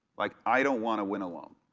like i don't want to win alone.